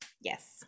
Yes